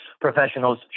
professionals